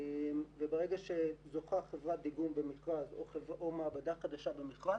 וברגע שזוכה חברת דיגום במכרז או מעבדה חדשה במכרז,